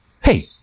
hey